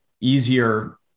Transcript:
easier